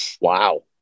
wow